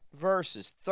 verses